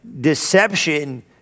deception